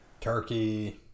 Turkey